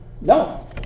no